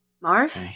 Marv